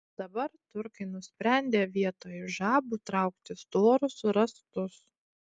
dabar turkai nusprendė vietoj žabų traukti storus rąstus